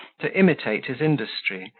to imitate his industry,